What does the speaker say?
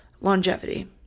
longevity